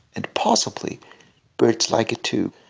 and possibly birds like it too,